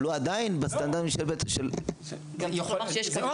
אבל הוא עדיין בסטנדרטים של --- זה או